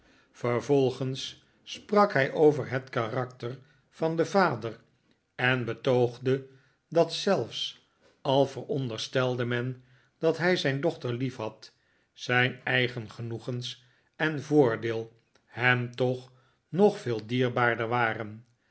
vervolgens sprak hij over het karakter van den vader en betoogde dat zelfs al veronderstelde men dat hij zijn dochter liefhad zijn eigen genoegens en voordeel hem toch nog veel dierbaarder waren